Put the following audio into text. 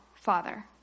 Father